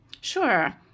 Sure